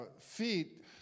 feet